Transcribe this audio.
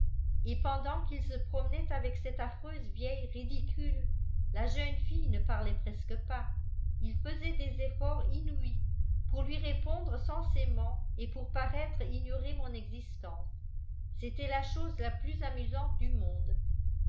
et pendant qu'il se promenait avec cette affreuse vieille ridicule la jeune fille ne parlait presque pas il faisait des efforts inouïs pour lui répondre sensément et pour paraître ignorer mon existence c'était la chose la plus amusante du monde